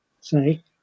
say